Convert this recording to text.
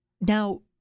Now